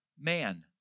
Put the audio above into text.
man